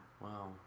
Wow